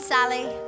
Sally